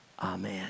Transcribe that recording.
amen